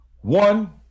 One